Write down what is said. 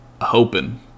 hoping